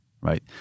right